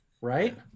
Right